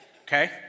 Okay